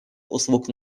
услуг